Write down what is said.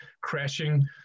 crashing